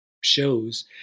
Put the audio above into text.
shows